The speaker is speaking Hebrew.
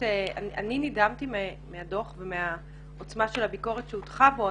אני נדהמתי מהדוח ומהעוצמה של הביקורת שהוטחה בו.